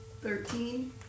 Thirteen